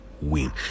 win